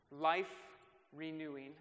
life-renewing